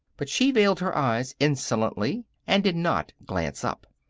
but she veiled her eyes insolently and did not glance up.